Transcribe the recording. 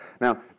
Now